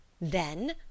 Then